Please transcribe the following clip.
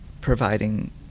providing